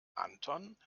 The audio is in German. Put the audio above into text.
anton